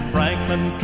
Franklin